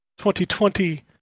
2020